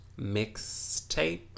Mixtape